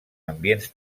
ambients